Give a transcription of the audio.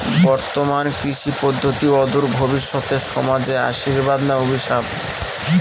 বর্তমান কৃষি পদ্ধতি অদূর ভবিষ্যতে সমাজে আশীর্বাদ না অভিশাপ?